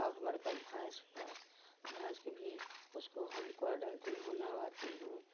और हमारे पास भैंस भी है भैंस को भी उसको हम डालती हूँ नहवाती हूँ